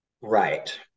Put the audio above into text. Right